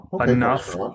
enough